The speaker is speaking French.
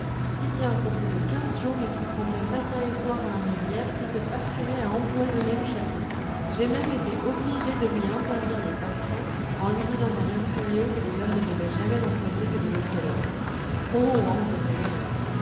si bien qu'au bout de quinze jours il se trempait matin et soir dans la rivière puis se parfumait à empoisonner le château j'ai même été obligée de lui interdire les parfums en lui disant d'un air furieux que les hommes ne devaient jamais employer que l'eau de cologne oh andrée